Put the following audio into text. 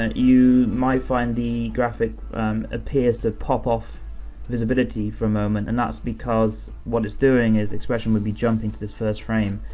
and you might find the graphic appears to pop off visibility for a moment. and that's because what it's doing is xpression would be jumping to this first frame,